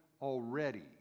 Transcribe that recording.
already